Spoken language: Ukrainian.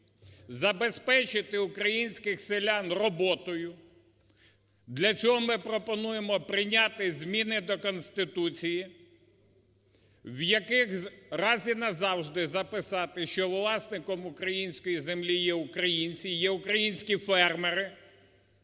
забезпечити українських селян роботою. Для цього ми пропонуємо прийняти зміни до Конституції, в яких раз і назавжди записати, що власником української землі є українці, є українські фермери,